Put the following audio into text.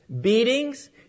beatings